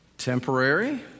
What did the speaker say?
Temporary